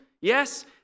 Yes